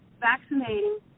vaccinating